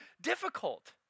difficult